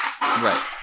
Right